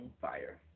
Fire